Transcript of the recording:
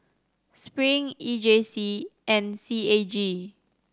Spring E J C and C A G